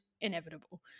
inevitable